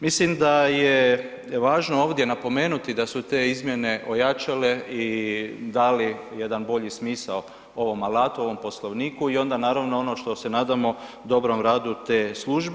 Mislim da je važno ovdje napomenuti da su te izmjene ojačale i dali jedan bolji smisao ovom alatu, ovom Poslovniku i onda naravno, ono što se nadamo, dobrom radu te službe.